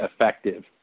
effective